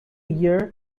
year